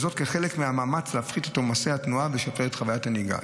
כחלק מהמאמץ להפחית את עומסי התנועה ולשפר את חוויית הנהיגה.